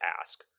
ask